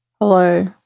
hello